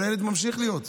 אבל הילד ממשיך להיות אצלן.